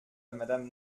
madame